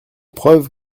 preuve